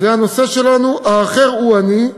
וזה הנושא שלנו: האחר הוא אני.